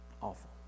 Awful